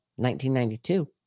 1992